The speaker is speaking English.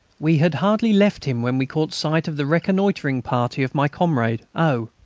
we had hardly left him when we caught sight of the reconnoitring party of my comrade o,